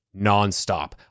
nonstop